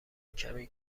کمی